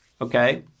Okay